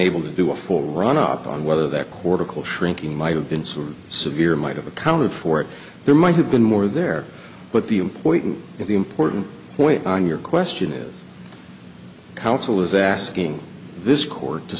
able to do a full run up on whether that quarter call shrinking might have been so severe might have accounted for it there might have been more there but the important of the important point on your question is counsel is asking this court to